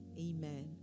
amen